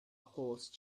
horse